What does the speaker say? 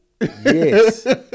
Yes